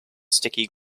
sticky